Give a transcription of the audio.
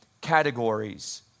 categories